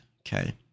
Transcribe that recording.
okay